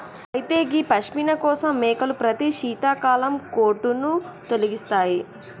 అయితే గీ పష్మిన కోసం మేకలు ప్రతి శీతాకాలం కోటును తొలగిస్తాయి